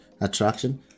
attraction